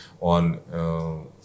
on